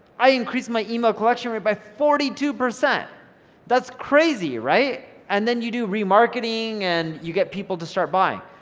i increased my email collection rate by forty two percent that's crazy right and then you do re-marketing and you get people to start buying,